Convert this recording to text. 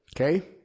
Okay